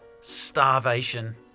starvation